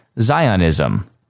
Zionism